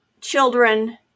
children